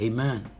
Amen